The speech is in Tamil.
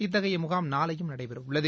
இத்தகைய முகாம் நாளையும் நடைபெறவுள்ளது